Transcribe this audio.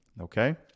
Okay